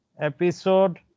episode